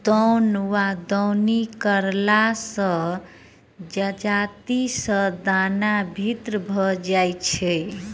दौन वा दौनी करला सॅ जजाति सॅ दाना भिन्न भ जाइत छै